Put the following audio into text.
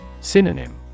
Synonym